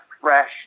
fresh